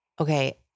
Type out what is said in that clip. Okay